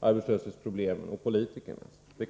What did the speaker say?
arbetslöshetsproblemen och politikernas sätt att göra det.